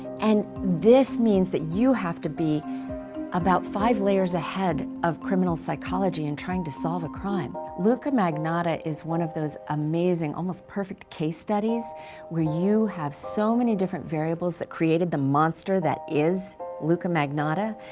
and this means that you have to be about five layers ahead of criminal psychology and trying to solve a crime. luka magnotta is one of those amazing almost perfect case studies where you have so many different variables that created the monster that is luka magnotta.